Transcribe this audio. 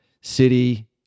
City